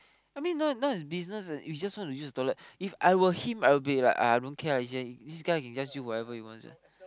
I mean not not his business you just want to use the toilet If I were him I will be like I don't care lah this guy can just do whatever he wants ah